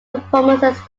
performances